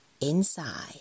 inside